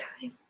time